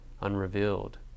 unrevealed